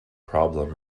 problem